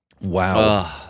Wow